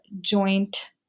joint